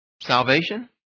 salvation